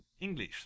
English